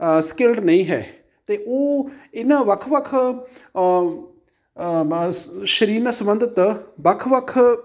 skilled ਨਹੀਂ ਹੈ ਅਤੇ ਉਹ ਇਹਨਾਂ ਵੱਖ ਵੱਖ ਸਰੀਰ ਨਾਲ ਸੰਬੰਧਿਤ ਵੱਖ ਵੱਖ